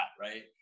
right